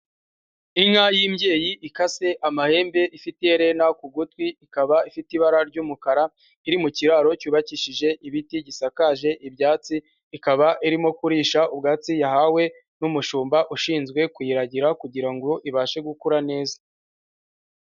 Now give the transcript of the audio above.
Inka y'imbyeyi ikase amahembe ifite iherena ku gutwi, ikaba ifite ibara ry'umukara iri mu kiraro cyubakishije ibiti gisakaje ibyatsi, ikaba irimo kurisha ubwatsi yahawe n'umushumba ushinzwe kuyiragira kugira ngo ibashe gukura neza.